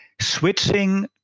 switching